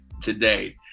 today